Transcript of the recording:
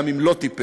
גם אם הוא לא טיפש,